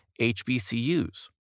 HBCUs